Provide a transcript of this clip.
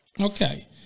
Okay